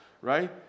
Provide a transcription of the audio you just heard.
right